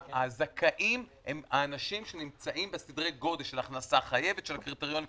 הזכאים הם אנשים שנמצאים בסדרי גודל של ההכנסה החייבת של הקריטריון,